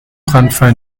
brandfall